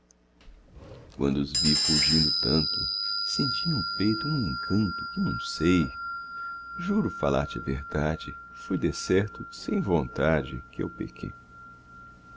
quando os vi fulgindo tanto senti no peito um encanto que não sei juro falar-te a verdade foi decerto sem vontade que eu pequei